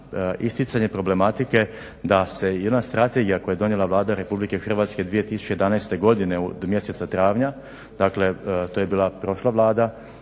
isticanje problematike da se jedna strategija koju je donijela Vlada Republike Hrvatske 2011. godine u mjesecu travnju. Dakle, to je bila prošla Vlada,